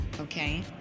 Okay